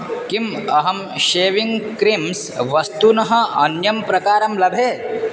किम् अहं shaving creams वस्तुनः अन्यं प्रकारं लभे